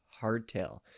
Hardtail